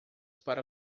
para